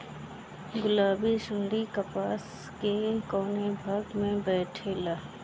गुलाबी सुंडी कपास के कौने भाग में बैठे ला?